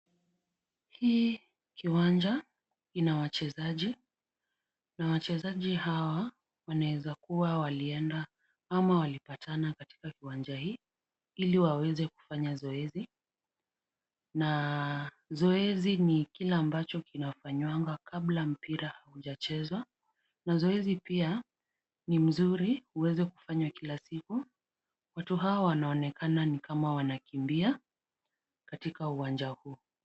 Hii kiwanja ina wachezaji, na wachezaji hawa wanaweza kuwa walienda ama walipatana katika kiwanja hii, ili waweze kufanya zoezi, na zoezi ni kile ambacho hufanywa kabla mpira haujachezwa, na zoezi pia ni mzuri kuweza kufanywa kila siku. Watu hawa wanaonekana ni kama wanakimbia katika uwanja huu.